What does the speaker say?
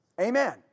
Amen